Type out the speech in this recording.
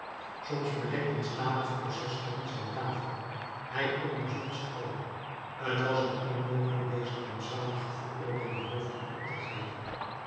soms bedekten stapels processtukken zijn tafel hij onderzocht ze alle t was hem onmogelijk deze rampzalige veroordeelde hoofden op te geven